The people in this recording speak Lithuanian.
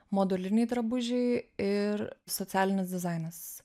moduliniai drabužiai ir socialinis dizainas